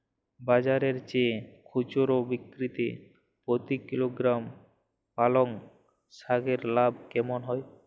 বাজারের চেয়ে খুচরো বিক্রিতে প্রতি কিলোগ্রাম পালং শাকে লাভ কেমন হয়?